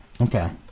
Okay